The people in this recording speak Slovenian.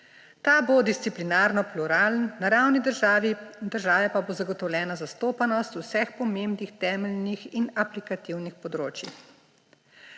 Ta bo disciplinarno pluralen, na ravni države pa bo zagotovljena zastopanost vseh pomembnih temeljnih in aplikativnih področij.